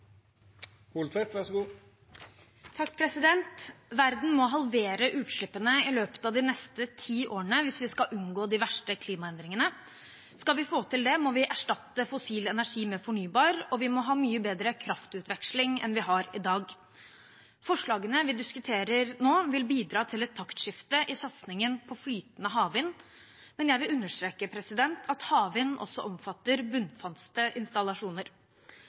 må vi erstatte fossil energi med fornybar, og vi må ha mye bedre kraftutveksling enn vi har i dag. Forslagene vi diskuterer nå, vil bidra til et taktskifte i satsingen på flytende havvind. Men jeg vil understreke at havvind også omfatter bunnfaste installasjoner.